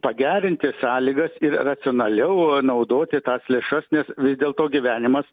pagerinti sąlygas ir racionaliau naudoti tas lėšas nes vis dėlto gyvenimas